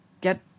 get